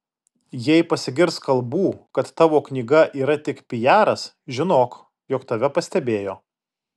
jei pasigirs kalbų kad tavo knyga yra tik pijaras žinok jog tave pastebėjo